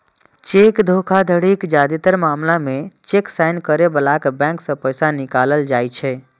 cheque धोखाधड़ीक जादेतर मामला मे चेक साइन करै बलाक बैंक सं पैसा निकालल जाइ छै